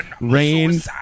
Rain